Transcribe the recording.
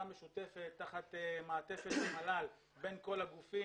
משותפת תחת מעטפת מל"ל בין כל הגופים.